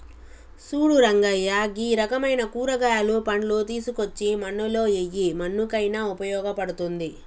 సూడు రంగయ్య గీ రకమైన కూరగాయలు, పండ్లు తీసుకోచ్చి మన్నులో ఎయ్యి మన్నుకయిన ఉపయోగ పడుతుంది